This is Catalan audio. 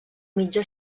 mitja